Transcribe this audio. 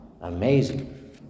Amazing